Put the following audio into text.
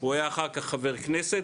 הוא היה אחר כך חבר כנסת,